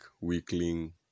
weakling